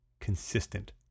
consistent